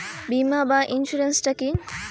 বিমা বা ইন্সুরেন্স টা কি?